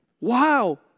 wow